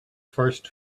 first